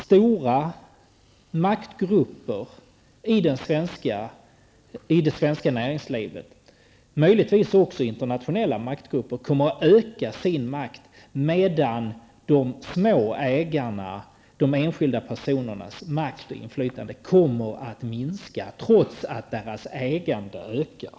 Stora maktgrupper i det svenska näringslivet, möjligtvis också internationella maktgrupper, kommer att öka sin makt medan de små ägarnas och de enskilda personernas makt och inflytande kommer att minska, trots att deras ägande ökar.